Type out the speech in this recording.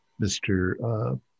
Mr